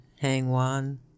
Hangwan